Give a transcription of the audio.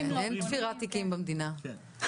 אין תפירת תיקים במדינה.